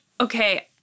okay